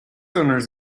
owners